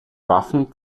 waffen